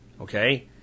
Okay